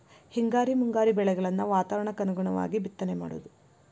ಹಿಂಗಾರಿ ಮುಂಗಾರಿ ಬೆಳೆಗಳನ್ನ ವಾತಾವರಣಕ್ಕ ಅನುಗುಣವಾಗು ಬಿತ್ತನೆ ಮಾಡುದು